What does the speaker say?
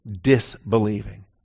Disbelieving